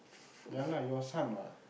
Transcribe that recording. ya lah your son what